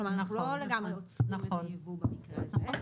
כלומר אנחנו לא לגמרי עוצרים את היבוא במקרה הזה.